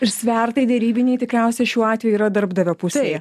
ir svertai derybiniai tikriausiai šiuo atveju yra darbdavio pusėje